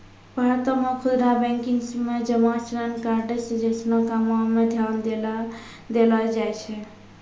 भारतो मे खुदरा बैंकिंग मे जमा ऋण कार्ड्स जैसनो कामो पे ध्यान देलो जाय छै